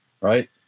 right